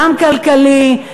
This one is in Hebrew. גם כלכלי,